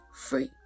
free